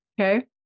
Okay